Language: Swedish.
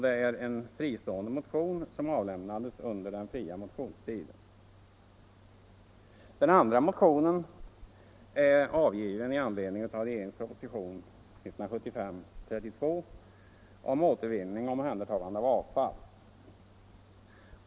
Det är en fristående motion som avlämnades under den fria motionstiden. Den andra motionen är avgiven i anledning av regeringens proposition 1975:32 om återvinning och omhändertagande av avfall.